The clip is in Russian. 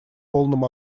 полном